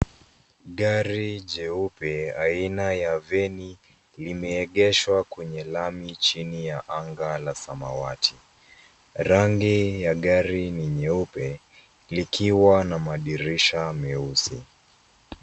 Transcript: Gari jeupe aina ya veni limeegeshwa kwenye lami chini ya anga la samawati. Rangi ya gari ni nyeupe likiwa na madirisha meusi.